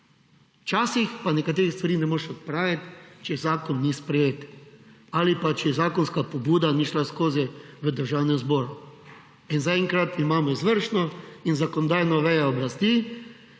Včasih pa nekaterih stvari ne moreš odpraviti, če zakon ni sprejet ali pa, če zakonska pobuda ni šla skozi v Državnem zboru. Zaenkrat imamo izvršno in zakonodajo vejo oblasti